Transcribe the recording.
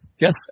yes